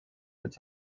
its